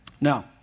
Now